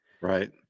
Right